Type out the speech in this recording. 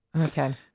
Okay